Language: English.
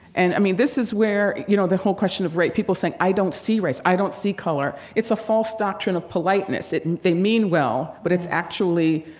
and i mean, this is where, you know, the whole question of, right, people saying i don't see race, i don't see color. it's a false doctrine of politeness. it and they mean well, yeah, but it's actually